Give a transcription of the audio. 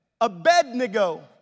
Abednego